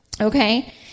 okay